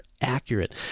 accurate